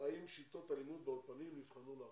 האם שיטות הלימוד באולפנים נבחנו לאחרונה.